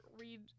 read